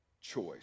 choice